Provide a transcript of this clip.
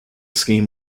scheme